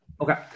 Okay